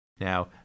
Now